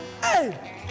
Hey